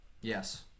Yes